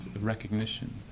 recognition